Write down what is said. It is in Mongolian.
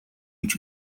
гэж